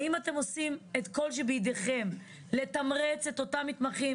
האם אתם עושים את כל שבידיכם לתמרץ את אותם מתמחים